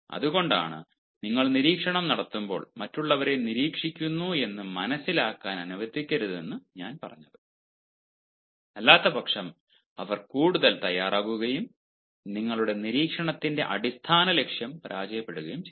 അതുകൊണ്ടാണ് നിങ്ങൾ നിരീക്ഷണം നടത്തുമ്പോൾ മറ്റുള്ളവരെ നിരീക്ഷിക്കുന്നു എന്ന് മനസ്സിലാക്കാൻ അനുവദിക്കരുതെന്ന് ഞാൻ പറഞ്ഞത് അല്ലാത്തപക്ഷം അവർ കൂടുതൽ തയ്യാറാകുകയും നിങ്ങളുടെ നിരീക്ഷണത്തിന്റെ അടിസ്ഥാന ലക്ഷ്യം പരാജയപ്പെടുകയും ചെയ്യും